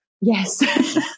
Yes